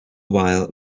while